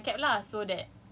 ya and then after that